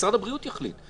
משרד הבריאות יחליט,